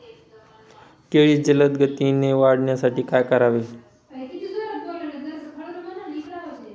केळी जलदगतीने वाढण्यासाठी काय करावे?